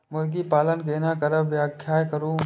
मुर्गी पालन केना करब व्याख्या करु?